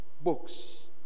books